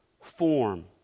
form